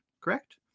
correct